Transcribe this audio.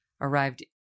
arrived